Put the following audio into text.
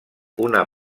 una